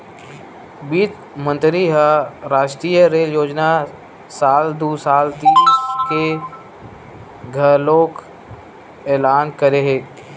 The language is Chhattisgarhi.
बित्त मंतरी ह रास्टीय रेल योजना साल दू हजार तीस के घलोक एलान करे हे